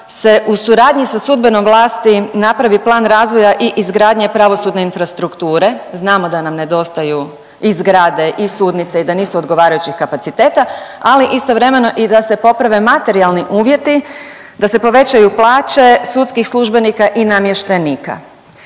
se u suradnji sa sudbenom vlasti napravi plan razvoja i izgradnje pravosudne infrastrukture, znamo da nam nedostaju i zgrade i sudnice i da nisu odgovarajućeg kapaciteta, ali istovremeno i da se poprave materijalni uvjeti, da se povećaju plaće sudskih službenika i namještenika.